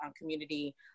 community